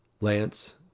Lance